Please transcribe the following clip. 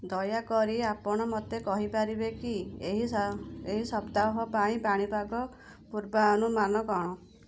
ଦୟାକରି ଆପଣ ମୋତେ କହିପାରିବେ କି ଏହି ସପ୍ତାହ ପାଇଁ ପାଣିପାଗ ପୂର୍ବାନୁମାନ କ'ଣ